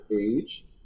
age